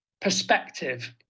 perspective